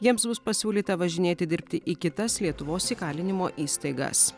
jiems bus pasiūlyta važinėti dirbti į kitas lietuvos įkalinimo įstaigas